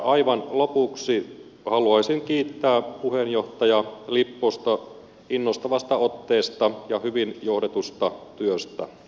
aivan lopuksi haluaisin kiittää puheenjohtaja lipposta innostavasta otteesta ja hyvin johdetusta työstä